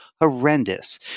horrendous